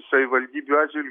savivaldybių atžvilgiu